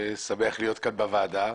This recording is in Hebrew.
שמח להיות כאן בוועדה.